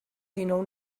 dinou